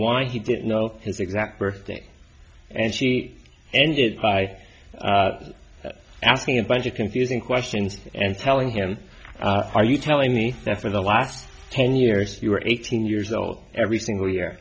why he didn't know his exact birthday and she ended by asking a bunch of confusing questions and telling him are you telling me that for the last ten years you were eighteen years old every single year